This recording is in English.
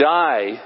die